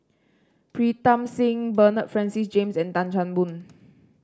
Pritam Singh Bernard Francis James and Tan Chan Boon